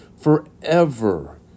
Forever